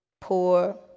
poor